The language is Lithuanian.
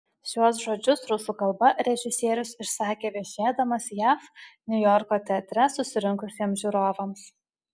šiuos žodžius rusų kalba režisierius išsakė viešėdamas jav niujorko teatre susirinkusiems žiūrovams